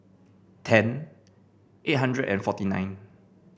ten eight hundred and forty nine